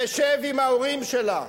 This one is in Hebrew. תשב עם ההורים שלה,